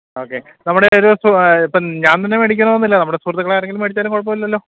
okay നമ്മുടെ ഒരു സു ഇപ്പം ഞാന് തന്നെ മേടിക്കണം എന്നില്ല നമ്മുടെ സുഹൃത്തുക്കൾ ആരെങ്കിലും മേടിച്ചാലും കുഴപ്പം ഇല്ലല്ലോ